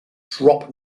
drop